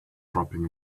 dropping